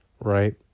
Right